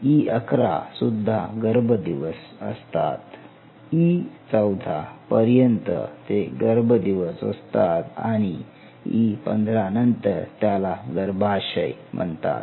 E11 सुद्धा गर्भ दिवस असतात E14 पर्यंत ते गर्भ दिवस असतात आणि E15 नंतर त्याला गर्भाशय म्हणतात